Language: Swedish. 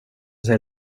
säga